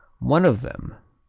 one of them,